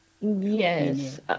yes